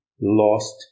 lost